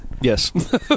Yes